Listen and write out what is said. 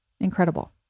incredible